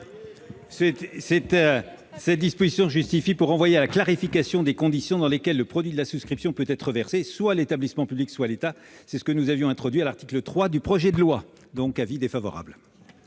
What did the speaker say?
proposée se justifie pour renvoyer à la clarification des conditions dans lesquelles le produit de la souscription peut être reversé, soit à l'établissement public, soit à l'État, que nous avons introduite à l'article 3 du projet de loi. C'est pourquoi